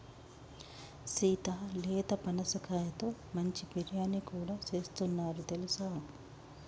సీత లేత పనసకాయతో మంచి బిర్యానీ కూడా సేస్తున్నారు తెలుసా